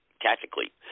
tactically